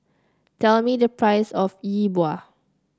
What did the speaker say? tell me the price of Yi Bua